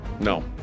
No